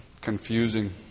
confusing